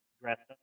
dressed